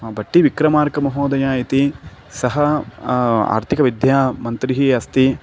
ह बट्टि विक्रमार्क महोदयः इति सः आर्थिकविद्यामन्त्री अस्ति